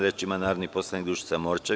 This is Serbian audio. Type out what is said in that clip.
Reč ima narodni poslanik Dušica Morčev.